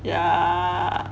yeah